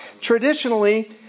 Traditionally